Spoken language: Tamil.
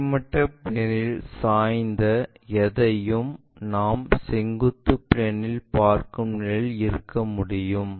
கிடைமட்ட பிளேன் இல் சாய்ந்த எதையும் நாம் செங்குத்து பிளேன் இல் பார்க்கும் நிலையில் இருக்க முடியும்